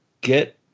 get